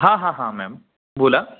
हा हा हा मॅम बोला